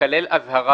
תיכלל אזהרה,